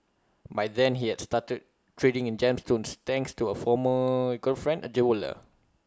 by then he had started trading in gemstones thanks to A former girlfriend A jeweller